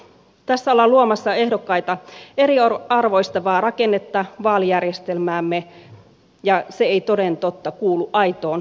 tässä ollaan luomassa ehdokkaita eriarvostavaa rakennetta vaalijärjestelmäämme ja se ei toden totta kuulu aitoon demokratiaan